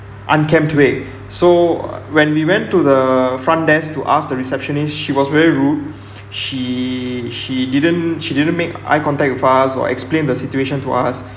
unkempt way so uh when we went to the front desk to ask the receptionist she was very rude she she didn't she didn't make eye contact with us or explain the situation to us